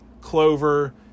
Clover